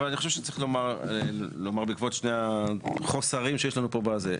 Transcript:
אבל אני חושב שצריך לומר בעקבות שני החוסרים שיש לנו בזה.